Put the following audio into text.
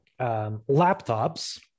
laptops